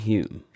Hume